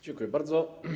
Dziękuję bardzo.